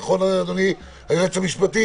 נכון, אדוני, היועץ המשפטי?